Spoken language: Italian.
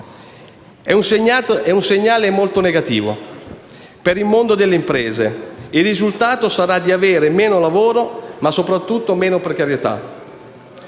È un segnale molto negativo per il mondo delle imprese; il risultato sarà di avere meno lavoro, ma soprattutto maggiore precarietà.